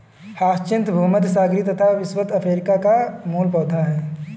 hyacinth भूमध्यसागरीय तथा विषुवत अफ्रीका का मूल पौधा है